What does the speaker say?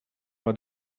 for